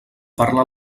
parla